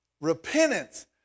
Repentance